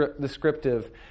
descriptive